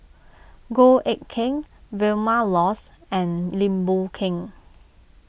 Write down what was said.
Goh Eck Kheng Vilma Laus and Lim Boon Keng